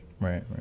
right